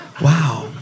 Wow